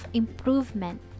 improvement